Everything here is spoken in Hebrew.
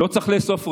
לא צריך לאסוף ראיות,